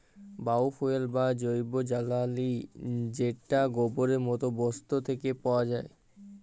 bio fuel বা জৈব জ্বালালী যেট গোবরের মত বস্তু থ্যাকে পাউয়া যায়